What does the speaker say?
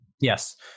Yes